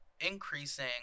increasing